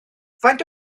faint